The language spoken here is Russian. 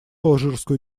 алжирскую